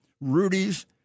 Rudy's